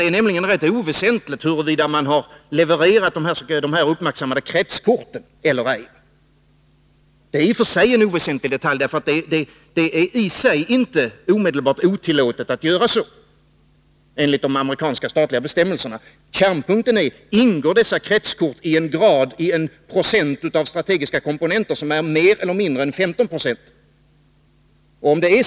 Det är nämligen rätt oväsentligt huruvida företaget har levererat de uppmärksam Nr 145 made kretskorten eller ej. Egentligen är det en obetydlig detalj, för det är i Onsdagen den sig inte omedelbart otillåtet att göra så enligt de amerikanska statliga 12 maj 1982 bestämmelserna. Kärnpunkten är: Ingår dessa kretskort i en andel av strategiska komponenter som är större eller mindre än 15 26?